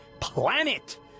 planet